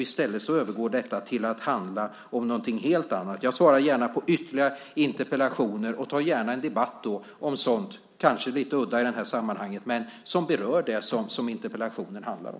I stället övergår detta till att handla om någonting helt annat. Jag svarar gärna på ytterligare interpellationer, och tar gärna en debatt då om sådant som kanske är lite udda i det här sammanhanget men som berör det som interpellationen handlar om.